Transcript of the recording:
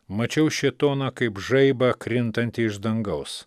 mačiau šėtoną kaip žaibą krintantį iš dangaus